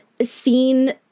seen